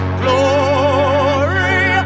glory